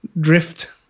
drift